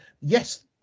Yes